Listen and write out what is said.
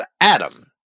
Adam